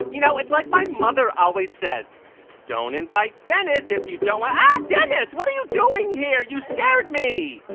you know, it's like my mother always says don't invite dennis if you don't dennis. what are you doing here? you scared me.